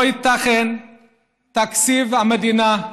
לא ייתכן שתקציב המדינה,